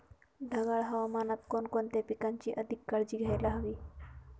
ढगाळ हवामानात कोणकोणत्या पिकांची अधिक काळजी घ्यायला हवी?